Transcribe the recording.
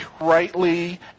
rightly